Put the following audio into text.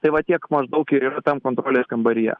tai va tiek maždaug ir yra tam kontrolės kambaryje